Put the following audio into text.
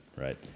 right